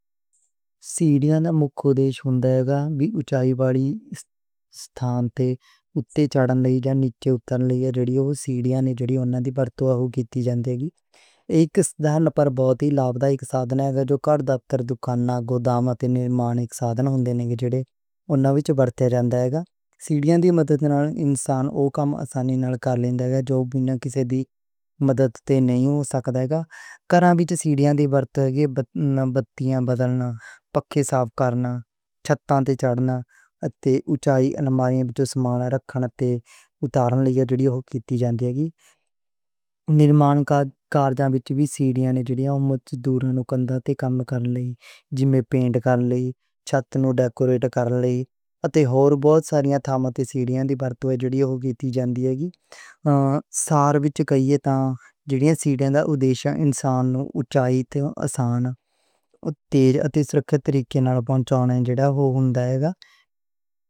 سیڑیاں دا مقصد ہوندا ہے کہ اونچائی والے تھان تے اُتے چڑھڻ لئی جان، نیچے اُترڻ لئی جان، سیڑیاں دا ورتا ہویا استعمال کیتا جاندا ہے۔ ایک سادہ پر بہت ہی فائدے والا سادھن جو کہ دفتر تے دکاناں، گوداماں تے نمیراں دے نال سادھن ہوندے لئی جوڑیاں ہوئیاں انہاں وچ ورتے جاندا۔ سیڑیاں دی مدد نال انسان کام آسانی نال کر لیندا ہے جو کم کسے مدد دے بغیر مکمل نہیں ہو سکن گے۔ کار وچ سیڑیاں دے نال بَتی بدلڻ، پنکھیاں صاف کرنا، چھت تے چڑھڻ، تے اونچائی تے الماری نوں سامان رکھن تے اتار لئی جمع کے کئی۔ نمیراں کا قرض وچ وی سیڑیاں چڑھیا مزدور نوں کندھے تے کم کر لئی جِمیں پینٹ کر لئی، چھت نوں ڈیکوریٹ کر لئی۔ تے ہور بہت ساریاں تھان تے سیڑیاں دا ورتوں جیڑی ہوئی تے جیڑی ہون دی۔ سَر وچ کہیا تاں جیڑی سیڑی اونچائیاں وچ انسان نوں آسان تے سُرک نال پہنچوندی جیڑا ہو ہوندا۔